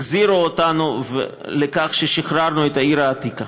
והחזירו אותנו לכך ששחררנו את העיר העתיקה.